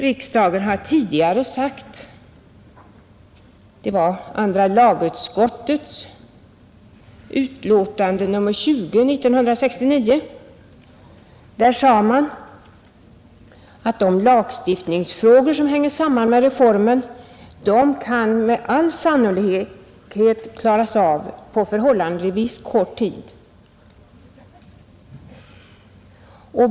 Riksdagen har tidigare uttalat — det var i andra lagutskottets utlåtande nr 20 år 1969 — att de lagstiftningsfrågor som hänger samman med reformen med all sannolikhet kan klaras av på förhållandevis kort tid.